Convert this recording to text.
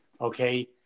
Okay